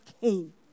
came